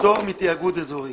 פטור מתיאגוד אזורי,